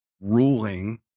ruling